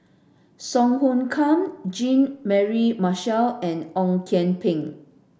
Song Hoot Kiam Jean Mary Marshall and Ong Kian Peng